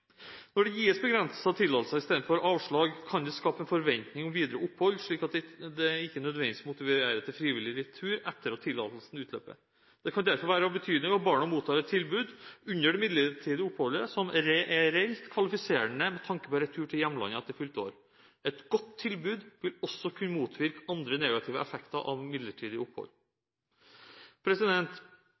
Når det gis begrenset tillatelse i stedet for avslag, kan det skape forventning om videre opphold, slik at det ikke nødvendigvis motiverer til frivillig retur etter at tillatelsen utløper. Det kan derfor være av betydning at barna mottar et tilbud under det midlertidige oppholdet, som er reelt kvalifiserende med tanke på retur til hjemlandet etter fylte 18 år. Et godt tilbud vil også kunne motvirke andre negative effekter av midlertidig opphold.